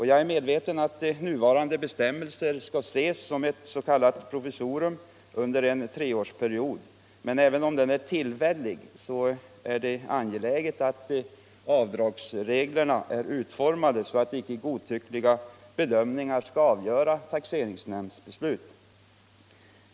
Jag är medveten om att nuvarande bestämmelser skall ses som ett provisorium under en treårsperiod, men även om avdragsreglerna är tillfälliga är det angeläget att de är utformade så att icke godtyckliga bedömningar skall avgöra taxeringsnämndsbeslut.